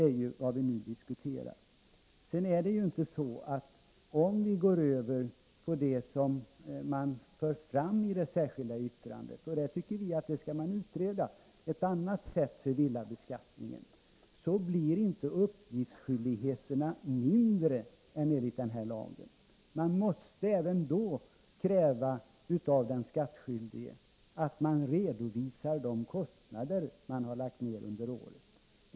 Om man går över till ett annat sätt att genomföra villabeskattningen — det förslaget framförs i det särskilda yttrandet från moderaterna, och vi tycker att man skall utreda det — blir inte uppgiftsskyldigheten mindre än enligt den här lagen. Man måste även då kräva av den skattskyldige att han redovisar de kostnader han haft under året.